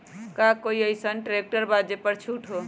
का कोइ अईसन ट्रैक्टर बा जे पर छूट हो?